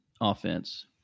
offense